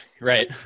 right